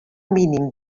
mínim